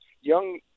young